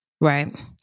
right